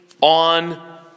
on